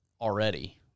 already